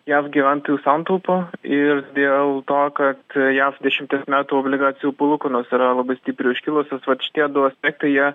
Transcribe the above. jav gyventojų santaupų ir dėl to kad jav dešimties metų obligacijų palūkanos yra labai stipriai užkilusios vat šitie du aspektai jie